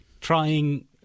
trying